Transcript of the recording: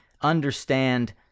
understand